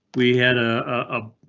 we had, ah, ah